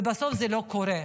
ובסוף זה לא קורה.